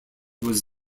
was